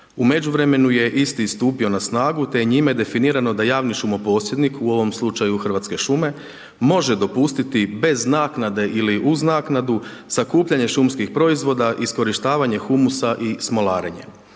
U međuvremenu je isti stupio na snagu, te je njime definirano da javni šumo posjednik, u ovom slučaju Hrvatske šume, može dopustiti bez naknade ili uz naknadu, sakupljanje šumskih proizvoda, iskorištavanje humusa i smolarenje.